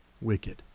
Wicked